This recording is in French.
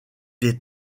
des